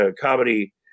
comedy